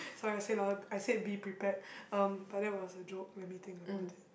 sorry I say louder I said be prepared um but that was a joke let me think about it